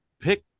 Pick